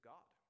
God